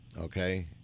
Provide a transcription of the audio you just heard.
okay